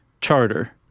charter